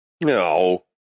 No